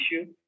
issue